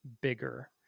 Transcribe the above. bigger